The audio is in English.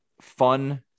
fun